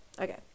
Okay